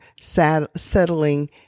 settling